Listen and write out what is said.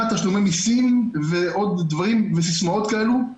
תשלומי מיסים ועוד דברים וסיסמאות כאלו,